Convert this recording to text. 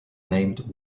named